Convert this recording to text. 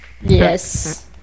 Yes